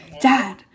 dad